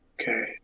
Okay